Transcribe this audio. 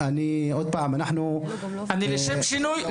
לשם שינוי,